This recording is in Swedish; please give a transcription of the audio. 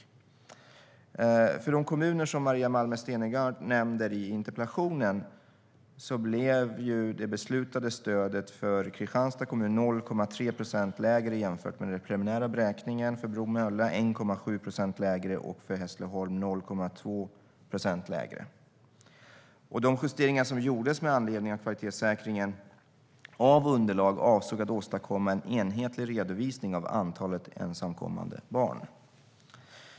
När det gäller de kommuner som Maria Malmer Stenergard nämner i interpellationen blev det beslutade stödet för Kristianstads kommun 0,3 procent lägre jämfört med den preliminära beräkningen. För Bromölla blev det 1,7 procent lägre och för Hässleholm 0,2 procent lägre. De justeringar som gjordes med anledning av kvalitetssäkringen av underlag avsåg att åstadkomma en enhetlig redovisning av antalet ensamkommande barn.